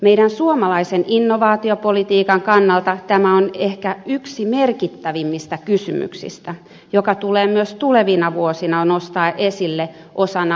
meidän suomalaisen innovaatiopolitiikkamme kannalta tämä on ehkä yksi merkittävimmistä kysymyksistä joka tulee myös tulevina vuosina nostaa esille osana elinkeinopolitiikkaamme